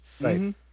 Right